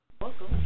Welcome